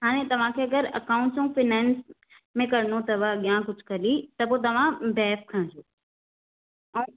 हाणे तव्हां खे अगरि अकाऊंट्स ऐं फिनेंस में करणो अथव अॻियां कुझु कॾंहिं त पोइ तव्हां बैफ खणजो ऐं